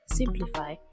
simplify